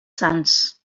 sants